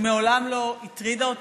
שמעולם לא הטרידה אותי,